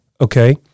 okay